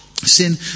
Sin